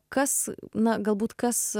kas na galbūt kas